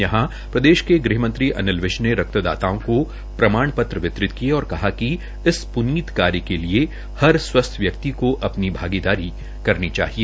यहा प्रदेश के ग़हमंत्री अनिल विज ने रक्तदाताओं को प्रमाण पत्र वितरित किये और कहा कि इस पूनीत कार्य के लिए हर स्वस्थ व्यक्ति को अपनी भागीदारी करनी चाहिए